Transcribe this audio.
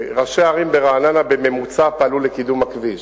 ראשי ערים ברעננה, בממוצע, פעלו לקידום הכביש.